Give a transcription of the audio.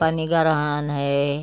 पानी ग्रहण है